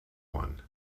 one